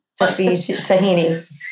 Tahini